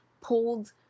pulled